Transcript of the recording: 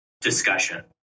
discussion